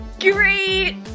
Great